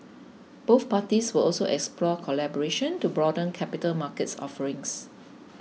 both parties will also explore collaboration to broaden capital market offerings